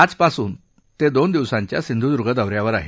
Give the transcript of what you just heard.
आजपासून ते दोन दिवसांच्या सिंधुद्र्ग दौऱ्यावर आहेत